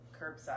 curbside